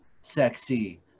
sexy